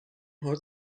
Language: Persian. هات